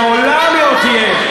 אנחנו חיים במדינת אפרטהייד.